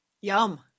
Yum